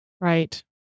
Right